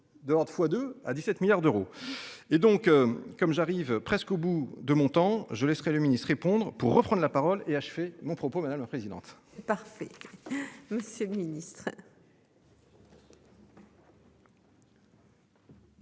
fois deux à 17 milliards d'euros et donc comme j'arrive presque au bout de mon temps, je laisserai le ministre pondre pour reprendre la parole est achevé mon propos. Madame la présidente. Parfait. Monsieur le Ministre.